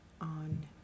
on